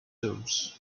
dose